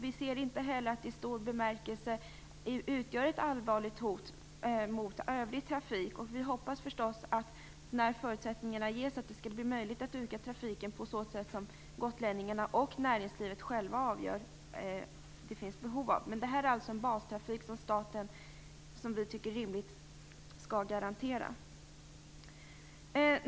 Vi anser inte heller att det utgör något allvarligt hot mot övrig trafik. Vi hoppas förstås att det, när förutsättningar ges, skall bli möjligt att utöka trafiken på så sätt som gotlänningarna och näringslivet vill. Det här är alltså en bastrafik som vi tycker att det är rimligt att staten skall garantera.